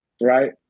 right